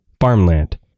farmland